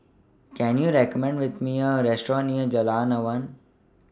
Can YOU recommend Me A Restaurant near Jalan Awan